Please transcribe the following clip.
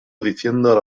diciendo